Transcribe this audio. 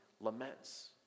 laments